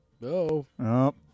No